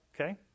okay